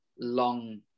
long